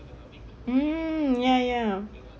mm ya ya